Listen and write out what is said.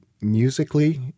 musically